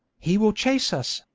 he will chase us,